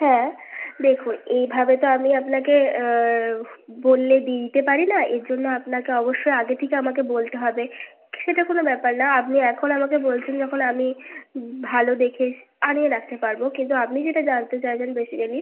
হ্যাঁ দেখুন এইভাবে তো আমি আপনাকে বললে দিয়ে দিতে পারি না এর জন্য আপনাকে অবশ্যই আগে থেকে আমাকে বলতে হবে সেটা কোনো ব্যাপার না আপনি এখন আমাকে বলছেন যখন আমি ভালো দেখে আনিয়ে রাখতে পারবো কিন্তু আপনি যেটা জানতে চাইছেন বেসিকালি